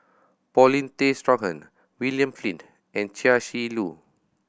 Paulin Tay Straughan William Flint and Chia Shi Lu